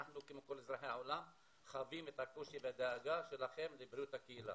אנחנו כמו כל אזרחי העולם חווים את הקושי והדאגה שלכם לבריאות הקהילה.